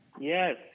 Yes